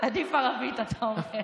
עדיף ערבית, אתה אומר.